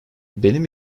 benim